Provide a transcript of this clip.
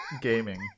gaming